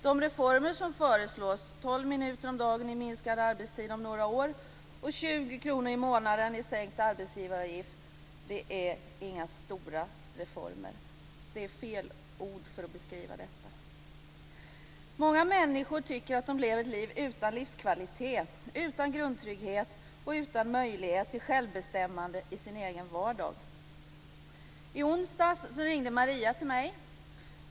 De reformer som föreslås - 12 minuter om dagen i minskad arbetstid om några år och 20 kr i månaden i sänkt arbetsgivaravgift - är inga stora reformer. Det är fel ord för att beskriva detta. Många människor tycker att de lever ett liv utan livskvalitet, utan grundtrygghet och utan möjlighet till självbestämmande i sin egen vardag. I onsdags ringde Maria till mig.